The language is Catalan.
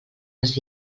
les